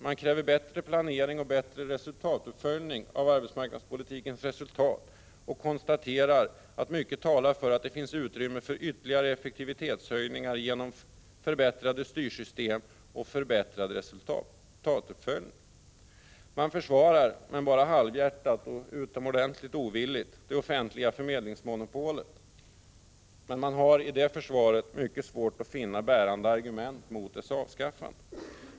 Man kräver bättre planering och bättre resultatuppföljning av arbetsmarknadspolitikens resultat och konstaterar att mycket talar för att det finns utrymme för ytterligare effektivitetshöjningar genom förbättrade styrsystem och förbättrad resultatuppföljning. Man försvarar, men bara halvhjärtat och utomordentligt ovilligt, det offentliga förmedlingsmonopolet, men man har i detta försvar mycket svårt att finna bärande argument mot dess avskaffande.